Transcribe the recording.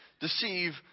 deceive